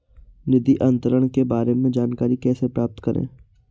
निधि अंतरण के बारे में जानकारी कैसे प्राप्त करें?